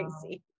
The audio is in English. crazy